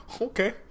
Okay